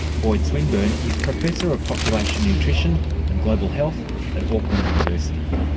boyd swinburn is professor of population nutrition and global health at auckland university.